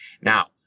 Now